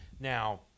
now